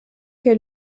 che